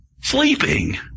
sleeping